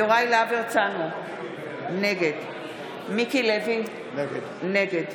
יוראי להב הרצנו, נגד מיקי לוי, נגד